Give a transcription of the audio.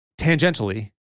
Tangentially